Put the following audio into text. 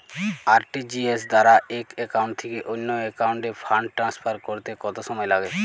RTGS দ্বারা এক account থেকে অন্য একাউন্টে ফান্ড ট্রান্সফার করতে কত সময় লাগে?